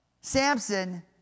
Samson